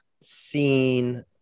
seen